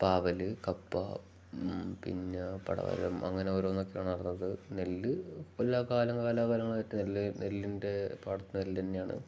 പാവല് കപ്പ പിന്നെ പടവരം അങ്ങനെ ഓരോന്നൊക്കെയാണ്ത് നെല്ല് കൊല്ലാ കാല കാലാകാലങ്ങളട്ട നെല് നെല്ല്ലിൻ്റെ പാടത്ത് നെല് തന്നെയാണ്